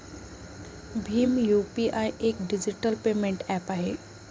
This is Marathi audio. भीम यू.पी.आय एक डिजिटल पेमेंट ऍप आहे